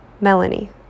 Melanie